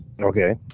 Okay